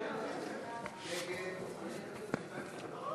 חיים ילין, קארין אלהרר,